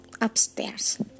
upstairs